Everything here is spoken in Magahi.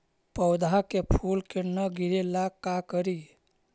पौधा के फुल के न गिरे ला का करि?